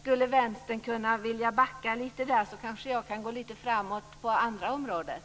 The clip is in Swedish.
Om Vänstern skulle kunna backa lite där kanske jag kan gå lite framåt på det andra området.